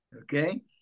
Okay